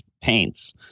paints